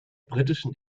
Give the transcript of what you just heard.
britischen